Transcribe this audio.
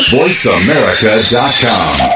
voiceamerica.com